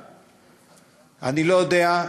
אני לא יודע,